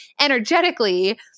energetically